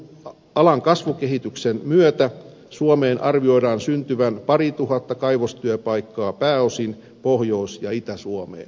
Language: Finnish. alan kasvukehityksen myötä suomeen arvioidaan syntyvän parituhatta kaivostyöpaikkaa pääosin pohjois ja itä suomeen